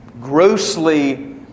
grossly